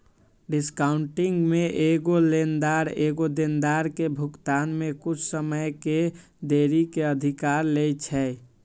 discounting में एगो लेनदार एगो देनदार के भुगतान में कुछ समय के देरी के अधिकार लेइ छै